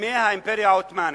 בימי האימפריה העות'מאנית.